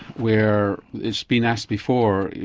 where it has been asked before,